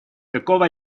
какого